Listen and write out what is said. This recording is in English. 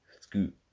Scoot